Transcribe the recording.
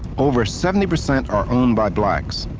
over seventy percent are owned by blacks.